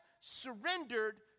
surrendered